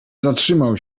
zatrzymał